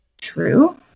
true